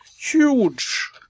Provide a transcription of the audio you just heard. Huge